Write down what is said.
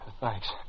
Thanks